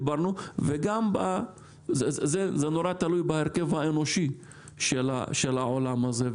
זה נורא תלוי בהרכב האנושי של העולם הזה,